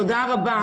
תודה רבה.